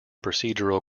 procedural